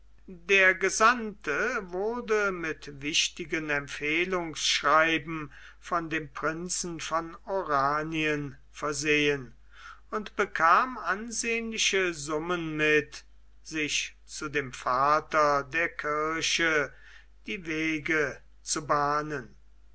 der gesandte wurde mit wichtigen empfehlungsschreiben von dem prinzen von oranien versehen und bekam ansehnliche summen mit sich zu dem vater der kirche die wege zu bahnen